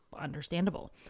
understandable